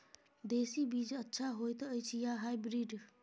देसी बीज अच्छा होयत अछि या हाइब्रिड?